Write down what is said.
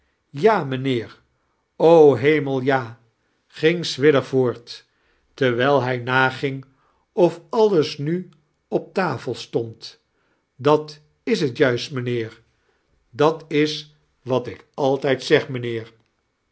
ja mijnheer o hemel ja ging charles dickens swidger voort terwijl hij naging of alles nu op tafel stond dat is het juist mijnheer dat is wat ik altijd zeg mijnheer